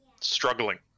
struggling